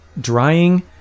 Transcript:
drying